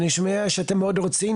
אני שומע שאתם מאוד רוצים.